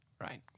Right